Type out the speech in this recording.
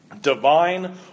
Divine